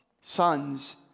son's